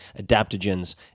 adaptogens